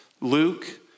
Luke